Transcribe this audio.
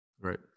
Right